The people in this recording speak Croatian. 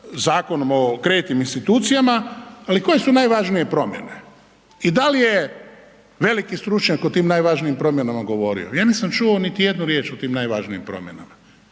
Zakonom o kreditnim institucijama, ali koje su najvažnije promjene i da li je veliki stručnjak o tim najvažnijim promjenama govorio. Ja nisam čuo niti jednu riječ o tim najvažnijim promjenama,